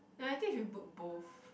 no I think you should put both